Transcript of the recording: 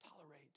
Tolerate